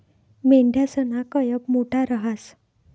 मेंढयासना कयप मोठा रहास